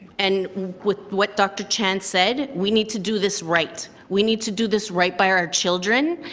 and with what dr. chan said, we need to do this right. we need to do this right by our children.